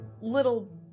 little